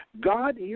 God